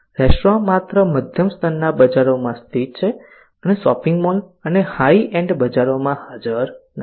restaurant માત્ર મધ્યમ સ્તરના બજારોમાં સ્થિત છે અને શોપિંગ મોલ અને હાઇ એન્ડ બજારોમાં હાજર નથી